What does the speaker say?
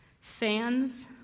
Fans